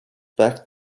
back